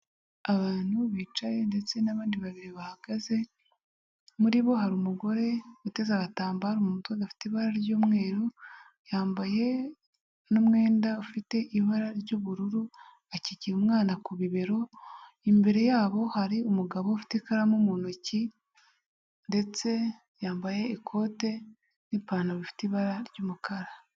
Abantu bicaye ndetse n'abandi babiri bahagaze. Muri bo hari umugore uteze agatambaro mu mutwe gafite ibara ry'umweru. Yambaye n'umwenda ufite ibara ry'ubururu. Akikiye umwana ku bibero. Imbere yabo hari umugabo ufite ikaramu mu ntoki ndetse yambaye ikote n'ipantaro bifite ibara ry'umukara.